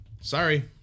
sorry